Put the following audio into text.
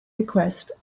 request